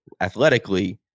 athletically